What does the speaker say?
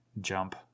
jump